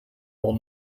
will